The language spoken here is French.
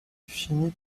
finit